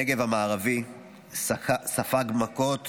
הנגב המערבי ספג מכות